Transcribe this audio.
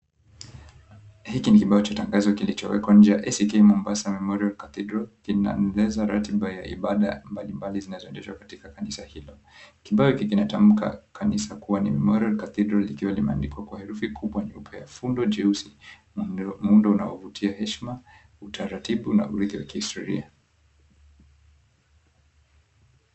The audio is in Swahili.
Hiki ni kibao cha tangazo kilichowekwa nje ya ACK Mombasa Memorial Cathedral. Kinaeleza ratiba ya ibada mbali mbali zinazoendeshwa katika kanisa hilo. Kibao hiki kinatamka kanisa kuwa ni, Memorial Cathedral likiwa limeandikwa kwa herufi kubwa nyeupe ya fundo jeusi muundo unaovutia heshima utaratibu na urithi wa kihistoria.